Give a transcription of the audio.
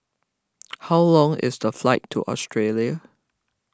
how long is the flight to Australia